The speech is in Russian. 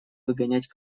выгонять